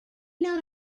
not